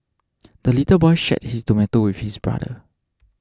the little boy shared his tomato with his brother